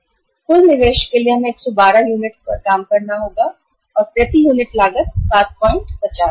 यह कुल निवेश कुल है निवेश के लिए हमें 112 यूनिट्स पर काम करना होगा और प्रति यूनिट लागत 75 है